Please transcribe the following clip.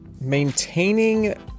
maintaining